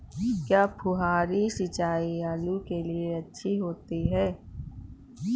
क्या फुहारी सिंचाई आलू के लिए अच्छी होती है?